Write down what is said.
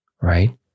right